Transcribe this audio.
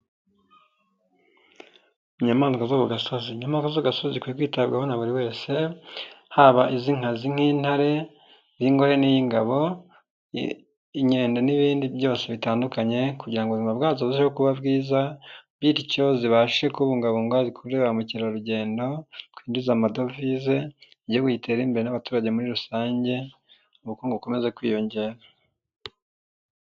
Inyamaswa zo ku gasozi. Inyamara zo ku gasozi zikwiye kwitabwaho na buri wese, haba iz'inkazi nk'intare y'ingore n'iy'ingabo, inkende, n'ibindi byose bitandukanye, kugirango ubuzima bwazo busheho kuba bwiza, bityo zibashe kubungabungwa zikurure ba mukerarugendo twinjize amadovize iguhugu gitere imbere n'abaturage muri rusange, ubukungu bukomeze kwiyongera.